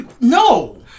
No